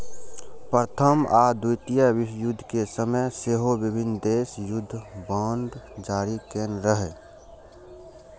प्रथम आ द्वितीय विश्वयुद्ध के समय सेहो विभिन्न देश युद्ध बांड जारी केने रहै